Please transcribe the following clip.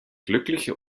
glückliche